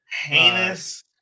Heinous